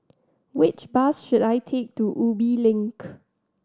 which bus should I take to Ubi Link